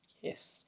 Yes